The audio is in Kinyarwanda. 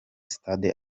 stade